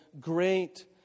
great